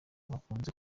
bakunze